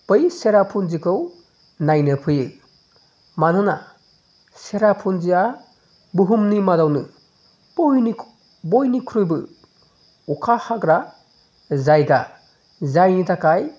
बै सेरापुन्जिखौ नायनो फैयो मानोना सेरापुन्जिआ बुहुमनि मादावनो बयनिख्रुयबो अखा हाग्रा जायगा जायनि थाखाय